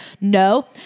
no